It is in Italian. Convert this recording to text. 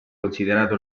considerato